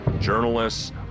journalists